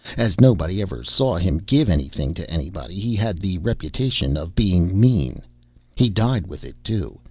as nobody ever saw him give anything to anybody, he had the reputation of being mean he died with it, too,